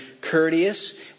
courteous